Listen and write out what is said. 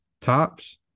tops